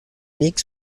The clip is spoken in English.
league